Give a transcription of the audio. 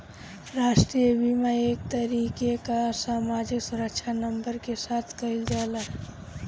राष्ट्रीय बीमा एक तरीके कअ सामाजिक सुरक्षा नंबर के साथ कइल जाला